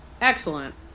Excellent